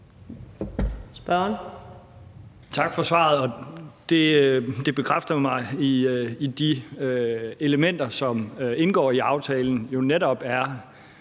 Spørgeren.